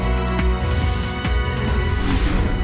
she